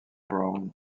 brown